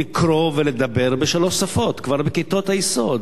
לקרוא ולדבר בשלוש שפות כבר בכיתות היסוד.